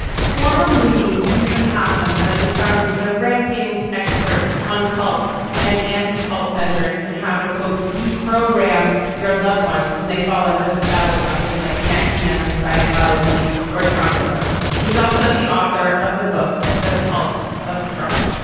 former moonie stephen hossen has become the ranking expert on cults and anti-cult measures and how to, quote, de-program your loved ones when they fall under the spell of something like nexium, scientology or trumpism he's also the author of the book the cult of trump